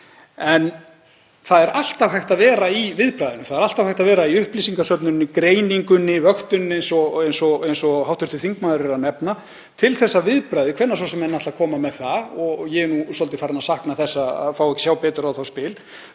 En það er alltaf hægt að vera í viðbragðinu. Það er alltaf hægt að vera í upplýsingasöfnuninni, greiningunni og vöktuninni, eins og hv. þingmaður nefnir, til þess að viðbragðið, hvenær svo sem menn ætla að koma með það og ég er svolítið farinn að sakna þess að fá að sjá betur á þau spil,